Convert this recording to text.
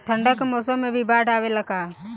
ठंडा के मौसम में भी बाढ़ आवेला का?